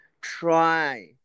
try